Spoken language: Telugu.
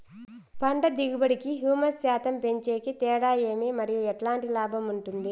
పంట దిగుబడి కి, హ్యూమస్ శాతం పెంచేకి తేడా ఏమి? మరియు ఎట్లాంటి లాభం ఉంటుంది?